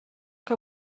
que